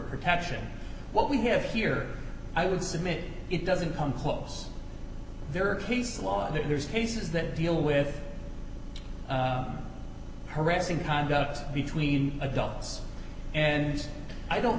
protection what we have here i would submit it doesn't come close there are peace laws there's cases that deal with harassing conduct between adults and i don't